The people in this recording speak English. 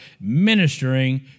ministering